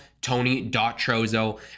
tony.trozo